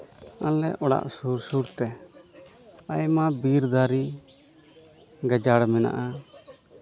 ᱟᱞᱮ ᱚᱲᱟᱜ ᱥᱩᱨ ᱥᱩᱨᱛᱮ ᱟᱭᱢᱟ ᱵᱤᱨ ᱫᱟᱨᱮ ᱜᱟᱡᱟᱲ ᱢᱮᱱᱟᱜᱼᱟ